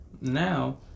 now